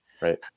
right